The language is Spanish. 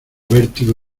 vértigo